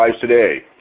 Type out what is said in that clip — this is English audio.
today